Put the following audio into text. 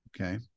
Okay